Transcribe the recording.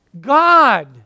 God